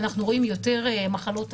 אנחנו רואים יותר מחלות תסמיניות,